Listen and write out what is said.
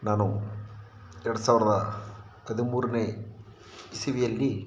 ನಾನು ಎರ್ಡು ಸಾವ್ರದ ಹದಿಮೂರನೆ ಇಸವಿಯಲ್ಲಿ